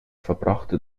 verbrachte